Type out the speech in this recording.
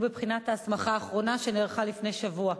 בבחינת ההסמכה האחרונה שנערכה לפני שבוע,